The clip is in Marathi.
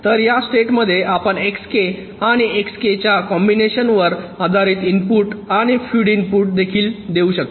तर या स्टेट मध्ये आपण Xk आणि Xk च्या कॉम्बिनेशन वर आधारित इनपुट आणि फीड इनपुट देखील देऊ शकता